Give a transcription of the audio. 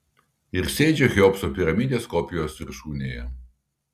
ir sėdžiu cheopso piramidės kopijos viršūnėje